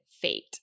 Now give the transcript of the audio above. fate